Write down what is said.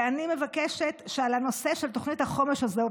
ואני מבקשת שעל הנושא של תוכנית החומש הזאת,